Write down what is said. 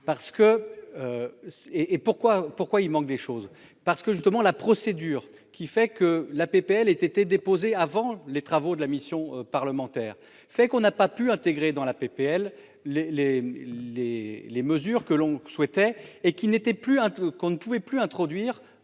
pourquoi il manque des choses parce que justement la procédure qui fait que la PPL aient été déposée avant les travaux de la mission parlementaire fait qu'on n'a pas pu intégrer dans la PPL les les les les mesures que l'on souhaitait et qui n'était plus un peu